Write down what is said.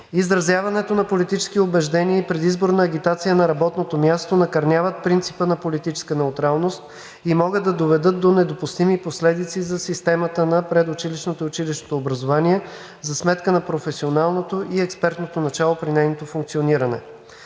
Изразяването на политически убеждения и предизборната агитация на работното място накърняват принципа на политическата неутралност и могат да доведат до недопустими последици за системата на предучилищното и училищното образование за сметка на професионалното и експертното начало при нейното функциониране.